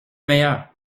meilleurs